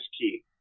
key